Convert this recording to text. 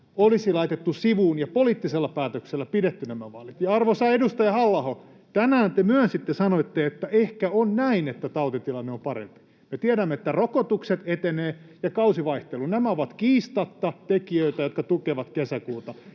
olisi laitettu sivuun ja poliittisella päätöksellä pidetty nämä vaalit. Ja, arvoisa edustaja Halla-aho, tänään te myönsitte, sanoitte, että ehkä on näin, että tautitilanne on parempi. Me tiedämme, että rokotukset etenevät ja on kausivaihtelua. Nämä ovat kiistatta tekijöitä, jotka tukevat kesäkuuta.